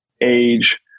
age